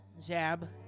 Zab